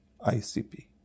ICP